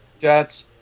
Jets